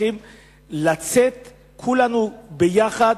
צריכים כולנו לצאת יחד,